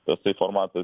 tasai formatas